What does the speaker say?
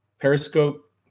Periscope